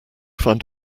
find